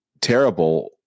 terrible